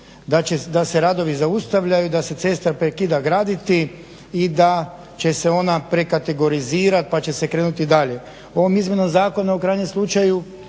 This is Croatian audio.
da se radovi zaustavljaju, da se cesta prekida graditi i da će se ona prekategorizirat pa će se krenuti dalje. Ovom izmjenom zakona u krajnjem slučaju